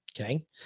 okay